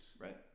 Right